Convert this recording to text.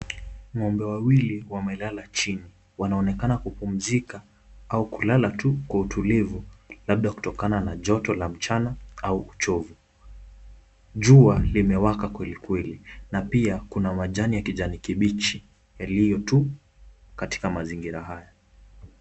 Ng'ombe wawili wamelala chini, wanaonekana kupumzika au kulala tu kwa utulivu labda kutokana na joto la mchana au uchovu. Jua limewaka kwelikweli na pia kuna majani ya kijani kibichi yaliyo tu! katika mazingira haya.